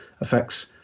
affects